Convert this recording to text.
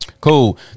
Cool